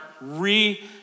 re-